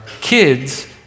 kids